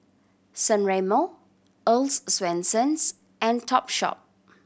San Remo Earl's Swensens and Topshop